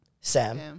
Sam